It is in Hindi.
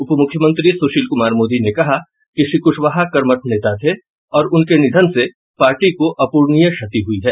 उपमूख्यमंत्री सूशील कुमार मोदी ने कहा कि श्री क्शवाहा कर्मठा नेता थे और उनके निधन से पार्टी को अप्रणीय क्षति हुई है